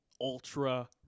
ultra